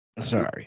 Sorry